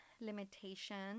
limitations